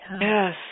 Yes